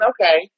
Okay